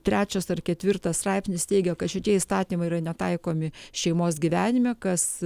trečias ar ketvirtas straipsnis teigia kad šitie įstatymai yra netaikomi šeimos gyvenime kas